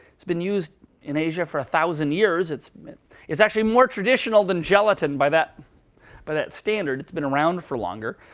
it's been used in asia for one thousand years. it's it's actually more traditional than gelatin by that but that standard. it's been around for longer.